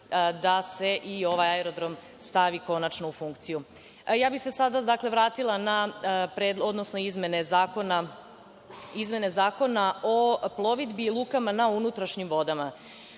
da se i ovaj aerodrom stavi konačno u funkciju. Sada bih se vratila na izmene Zakona o plovidbi i lukama na unutrašnjim vodama. Nivo